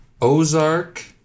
Ozark